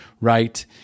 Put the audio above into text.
right